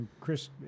Chris